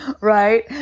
right